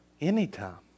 Anytime